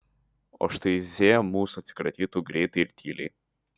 o štai z mūsų atsikratytų greitai ir tyliai